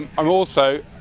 um also,